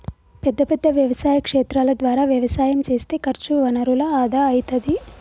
పెద్ద పెద్ద వ్యవసాయ క్షేత్రాల ద్వారా వ్యవసాయం చేస్తే ఖర్చు వనరుల ఆదా అయితది